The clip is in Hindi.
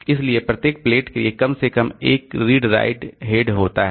इसलिए प्रत्येक प्लेट के लिए कम से कम एक रीड राइट हेड होता है